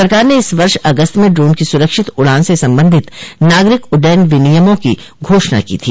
सरकार ने इस वर्ष अगस्त में ड्रोन की सुरक्षित उड़ान से संबंधित नागरिक उड्डयन विनियमों की घोषणा की थी